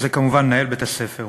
זה כמובן מנהל בית-הספר,